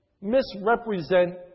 misrepresent